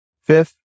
Fifth